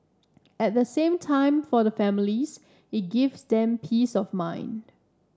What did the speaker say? at the same time for the families it gives them peace of mind